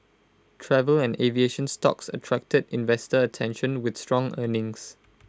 travel and aviation stocks attracted investor attention with strong earnings